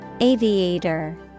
Aviator